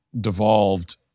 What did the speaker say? devolved